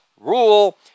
rule